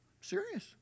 Serious